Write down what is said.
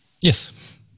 Yes